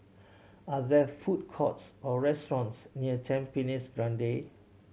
are there food courts or restaurants near Tampines Grande